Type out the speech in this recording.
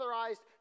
authorized